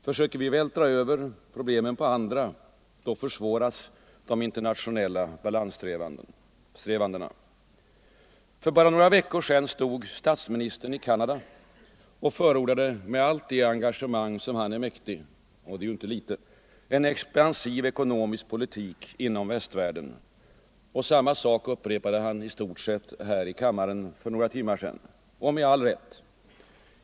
Försöker vi vältra över problemen på andra försvåras de internationella balanssträvandena. För bara några veckor sedan stod statsminister Palme i Canada och förordade med allt det engagemang som han är mäktig, och det är ju inte lite, en expansiv ekonomisk politik inom västvärlden. Samma sak upprepade han i stort sett här i kammaren för några timmar sedan — med all rätt.